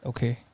Okay